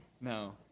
no